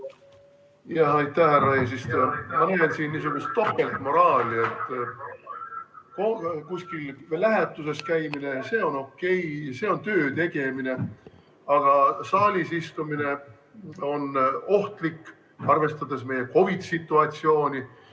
eesistuja! Ma kuulen siin niisugust topeltmoraali – kuskil lähetuses käimine on okei, see on töö tegemine, aga saalis istumine on ohtlik, arvestades meie COVID-situatsiooni.